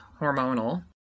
hormonal